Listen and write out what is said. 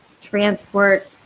transport